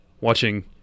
watching